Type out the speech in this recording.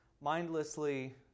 mindlessly